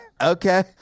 okay